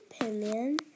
opinion